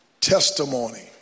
testimony